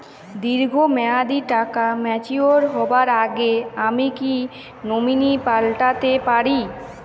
দীর্ঘ মেয়াদি টাকা ম্যাচিউর হবার আগে আমি কি নমিনি পাল্টা তে পারি?